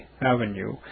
Avenue